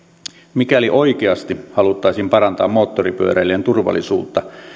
mikäli oikeasti haluttaisiin parantaa moottoripyöräilijän turvallisuutta